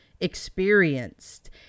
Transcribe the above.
experienced